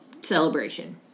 celebration